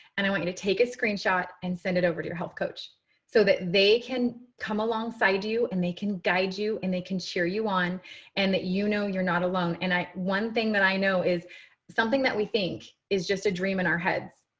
and i want you to take a screenshot and send it over to your health coach so that they can come alongside you and they can guide you and they can cheer you on and that, you know, you're not alone. and one thing that i know is something that we think is just a dream in our heads.